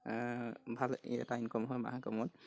ভাল এটা ইনকম হয় মাহেকৰ মূৰত